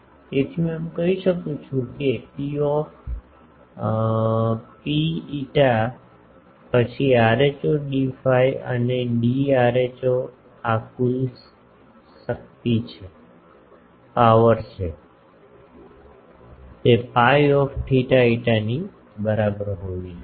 તેથી હું એમ કહી શકું છું કે Pρ φ પછી rho d phi અને d rho આ કુલ શક્તિ છે તે Piθφ ની બરાબર હોવી જોઈએ